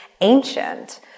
ancient